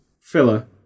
filler